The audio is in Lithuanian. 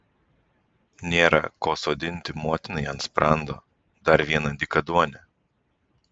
nėra ko sodinti motinai ant sprando dar vieną dykaduonę